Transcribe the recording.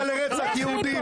אתה הסתת לרצח יהודים.